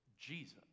Jesus